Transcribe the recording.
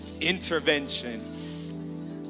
intervention